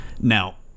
now